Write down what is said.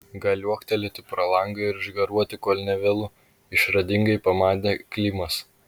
gal liuoktelėti pro langą ir išgaruoti kol ne vėlu išradingai pamanė klimas